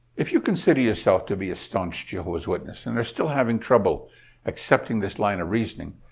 if you consider yourself to be a staunch jehovah's witness and are still having trouble accepting this line of reasoning,